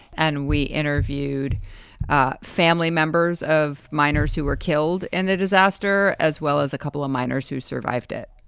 and we interviewed ah family members of miners who were killed in the disaster, as well as a couple of miners who survived it.